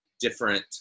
different